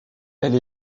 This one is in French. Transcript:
elle